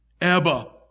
Abba